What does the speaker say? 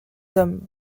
hommes